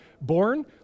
born